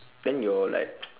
then your like